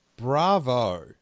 bravo